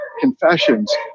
confessions